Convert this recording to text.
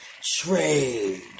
trade